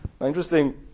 Interesting